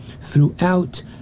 throughout